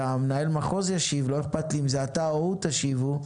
ולא אכפת לי אם מנהל המחוז או אתה תשיבו,